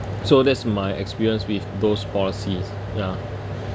so that's my experience with those policies ya